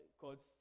called